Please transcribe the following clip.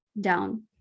down